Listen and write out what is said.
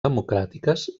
democràtiques